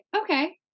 okay